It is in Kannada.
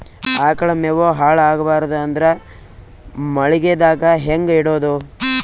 ಆಕಳ ಮೆವೊ ಹಾಳ ಆಗಬಾರದು ಅಂದ್ರ ಮಳಿಗೆದಾಗ ಹೆಂಗ ಇಡೊದೊ?